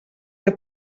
que